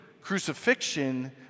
crucifixion